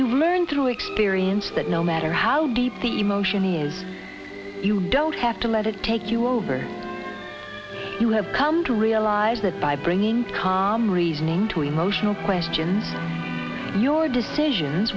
you learn through experience that no matter how deep the emotion is you don't have to let it take you over you have come to realize that by bringing calm reasoning to emotional question your decisions